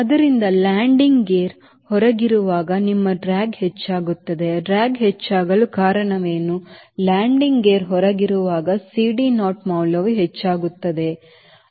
ಆದ್ದರಿಂದ landing gear ಹೊರಗಿರುವಾಗ ನಿಮ್ಮ ಡ್ರ್ಯಾಗ್ ಹೆಚ್ಚಾಗುತ್ತದೆ ಡ್ರ್ಯಾಗ್ ಹೆಚ್ಚಾಗಲು ಕಾರಣವೇನು ಲ್ಯಾಂಡಿಂಗ್ ಗೇರ್ ಹೊರಗಿರುವಾಗ CD naught ಮೌಲ್ಯವು ಹೆಚ್ಚಾಗುತ್ತದೆ